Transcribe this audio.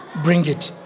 bring it.